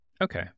Okay